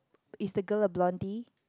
is the girl a blondie